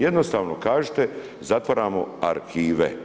Jednostavno kažite, zatvaramo arhive.